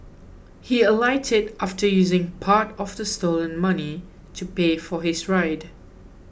he alighted after using part of the stolen money to pay for his ride